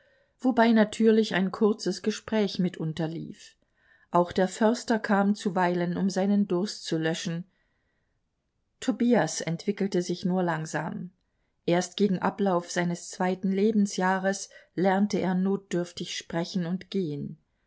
wobei natürlich ein kurzes gespräch mit unterlief auch der förster kam zuweilen um seinen durst zu löschen tobias entwickelte sich nur langsam erst gegen ablauf seines zweiten lebensjahres lernte er notdürftig sprechen und gehen